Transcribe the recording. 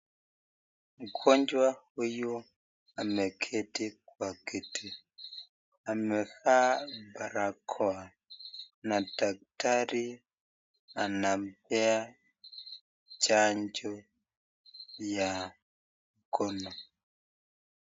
Mgonjwa huyu ameketi kwa kiti amevaa barakoa na daktari anampea chanjo ya mkono.